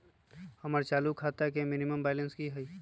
हमर चालू खाता के मिनिमम बैलेंस कि हई?